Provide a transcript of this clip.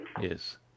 Yes